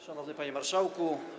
Szanowny Panie Marszałku!